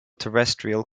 terrestrial